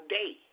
day